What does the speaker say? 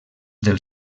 del